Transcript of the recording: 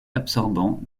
absorbant